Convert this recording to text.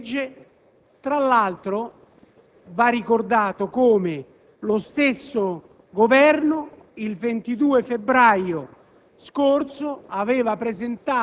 un decreto-legge. Tra l'altro va ricordato come lo stesso Governo il 22 febbraio